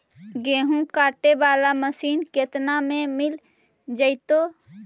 गेहूं काटे बाला मशीन केतना में मिल जइतै?